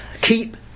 Keep